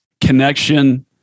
connection